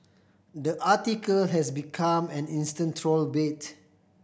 the article has become an instant troll bait